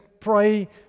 pray